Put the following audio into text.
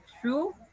true